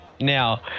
Now